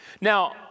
Now